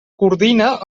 coordina